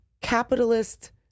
capitalist